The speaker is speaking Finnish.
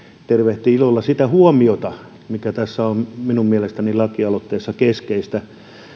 tervehti ilolla sitä huomiota mikä tässä lakialoitteessa on minun mielestäni keskeistä